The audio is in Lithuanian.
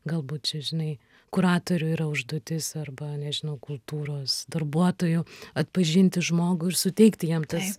galbūt čia žinai kuratorių yra užduotis arba nežinau kultūros darbuotojų atpažinti žmogų ir suteikti jam tas